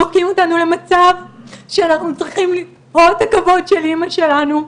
דוחקים למצב שאנחנו צריכים למכור את הכבוד של אמא שלנו,